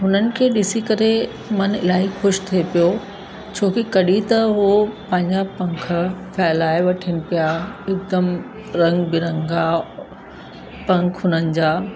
हुननि खे ॾिसी करे मन इलाही ख़ुशि थिए पियो छोकी कॾहिं त उहो पंहिंजा पंख फैलाए वठनि पिया हिकदमि रंग बिरंगा पंख हुननि जा